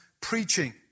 preaching